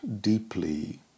deeply